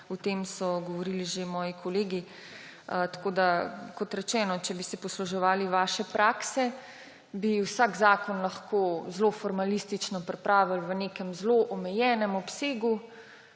o tem so govorili že moji kolegi. Kot rečeno, če bi se posluževali vaše prakse, bi vsak zakon lahko zelo formalistično pripravili v nekem zelo omejenem obsegu,